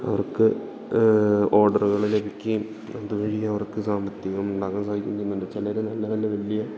അവർക്ക് ഓഡറുകൾ ലഭിക്കുകയും അതുവഴി അവർക്ക് സാമ്പത്തികം ഉണ്ടാക്കാൻ സാധിക്കുന്നുണ്ട് ചിലർ നല്ല നല്ല വലിയ